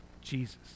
Jesus